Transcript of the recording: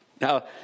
Now